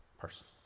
person